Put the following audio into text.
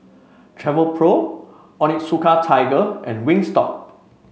Travelpro Onitsuka Tiger and Wingstop